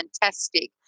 fantastic